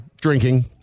drinking